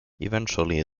eventually